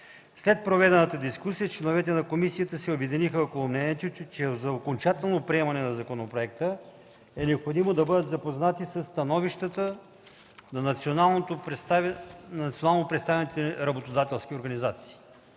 След проведената дискусия членовете на комисията се обединиха около мнението, че за окончателното приемане на законопроекта е необходимо да бъдат запознати със становищата на национално представителните работодателски организации.